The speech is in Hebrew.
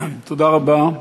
תודה רבה.